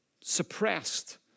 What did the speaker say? suppressed